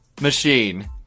Machine